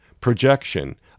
projection